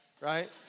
right